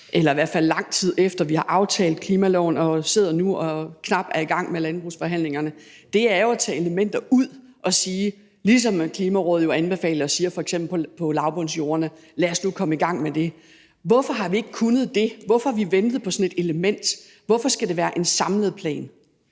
eller i hvert fald lang tid efter, at vi har aftalt klimaloven, og nu knap er i gang med landbrugsforhandlingerne, var jo at tage nogle elementer ud og sige, ligesom Klimarådet anbefaler f.eks. om lavbundsjorderne: Lad os nu komme i gang med dem. Hvorfor har vi ikke kunnet det? Hvorfor har vi ventet på sådan et element? Hvorfor skal det være en samlet plan?